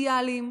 סוציאליים,